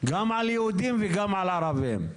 גם על יהודים וגם על ערבים.